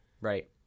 Right